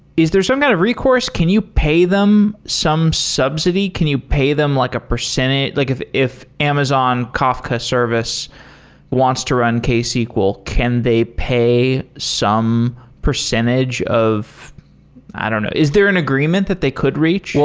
is there some kind of recourse? can you pay them some subsidy? can you pay them like a percentage? like if if amazon kafka service wants to run ksql, can they pay some percentage of i don't know. is there an agreement that they could reach? well,